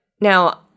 Now